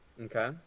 Okay